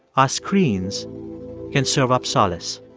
our screens can serve up solace.